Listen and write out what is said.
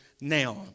now